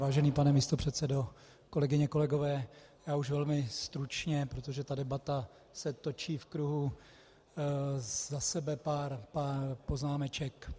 Vážený pane místopředsedo, kolegyně, kolegové, já už velmi stručně, protože debata se točí v kruhu, za sebe pár poznámeček.